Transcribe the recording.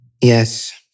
Yes